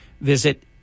Visit